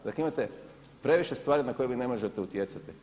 Dakle, imate previše stvari na koje vi ne možete utjecati.